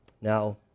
Now